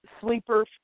Sleeper